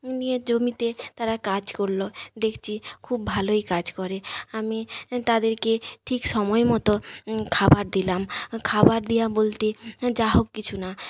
নিয়ে জমিতে তারা কাজ করলো দেখছি খুব ভালই কাজ করে আমি তাদেরকে ঠিক সময়মতো খাবার দিলাম খাবার দেয়া বলতে যা হোক কিছু না